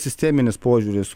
sisteminis požiūris